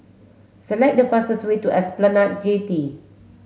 select the fastest way to Esplanade Jetty